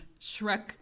Shrek